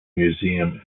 museum